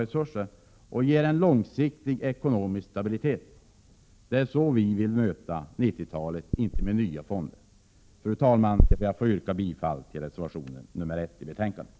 Dessutom ger detta en långsiktig ekonomisk stabilitet. Det är så vi vill möta 90-talet. Vi vill alltså inte möta det med nya fonder. Fru talman! Jag yrkar bifall till reservation 1, som är fogad till betänkandet.